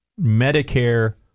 Medicare